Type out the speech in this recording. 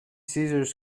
scissors